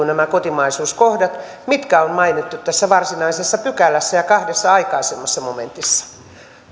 nämä kotimaisuuskohdat mitkä on mainittu tässä varsinaisessa pykälässä ja kahdessa aikaisemmassa momentissa ja